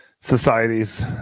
societies